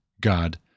God